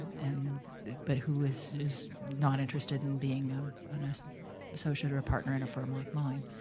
and but who is is not interested in being ah an ah associate or a partner in a firm like mine.